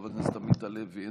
חבר הכנסת עמית הלוי,